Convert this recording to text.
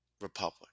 republic